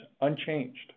unchanged